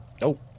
Nope